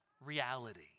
reality